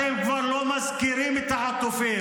אתם כבר לא מזכירים את החטופים.